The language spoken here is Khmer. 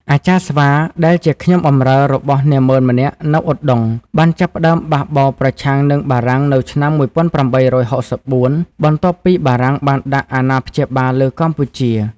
អាចារ្យស្វាដែលជាខ្ញុំបម្រើរបស់នាម៉ឺនម្នាក់នៅឧដុង្គ បានចាប់ផ្ដើមបះបោរប្រឆាំងនឹងបារាំងនៅឆ្នាំ ១៨៦៤ បន្ទាប់ពីបារាំងបានដាក់អាណាព្យាបាលលើកម្ពុជា។